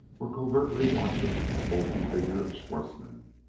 were covertly watching the bulky figure of schwartzmann.